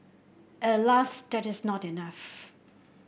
Alas that is not enough